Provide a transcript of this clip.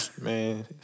Man